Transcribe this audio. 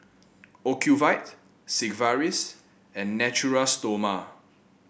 Ocuvite Sigvaris and Natura Stoma